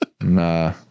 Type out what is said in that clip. Nah